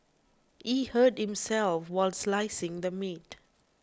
he hurt himself while slicing the meat